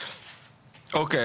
אוקיי.